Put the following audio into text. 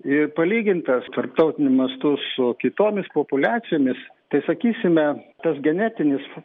ir palygintas tarptautiniu mastu su kitomis populiacijomis tai sakysime tas genetinis